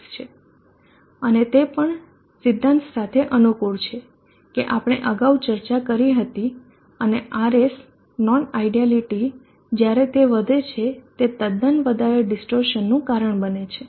6 છે અને તે પણ સિદ્ધાંત સાથે અનુકૂળ છે કે આપણે અગાઉ ચર્ચા કરી હતી અને Rs નોન આયડયાલીટી જ્યારે તે વધે છે તે તદ્દન વધારે ડીસટોર્સન નું કારણ બને છે